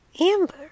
Amber